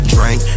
Drink